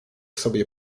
sobie